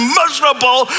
miserable